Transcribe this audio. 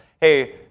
Hey